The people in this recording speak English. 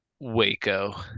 waco